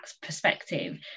perspective